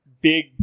big